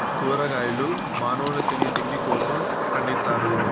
కూరగాయలు మానవుల తినే తిండి కోసం పండిత్తారు